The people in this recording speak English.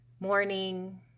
morning